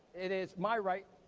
it is my right.